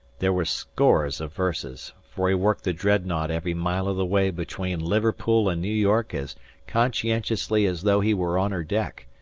there were scores of verses, for he worked the dreadnought every mile of the way between liverpool and new york as conscientiously as though he were on her deck,